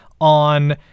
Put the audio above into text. on